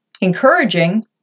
encouraging